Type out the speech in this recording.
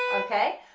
okay,